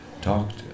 talked